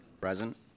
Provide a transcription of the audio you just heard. Present